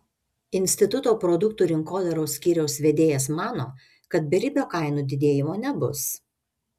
instituto produktų rinkotyros skyriaus vedėjas mano kad beribio kainų didėjimo nebus